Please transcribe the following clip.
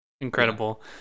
incredible